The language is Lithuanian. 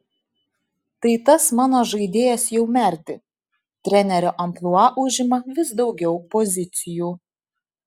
tai tas mano žaidėjas jau merdi trenerio amplua užima vis daugiau pozicijų